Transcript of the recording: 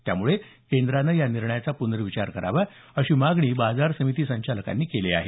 त्यामुळे केंद्रानं या निर्णयाचा पुनर्विचार करावा अशी मागणी बाजार समिती संचालकांनी केली आहे